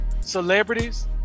celebrities